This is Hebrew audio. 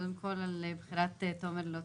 קודם כל על בחירת תומר לוטן,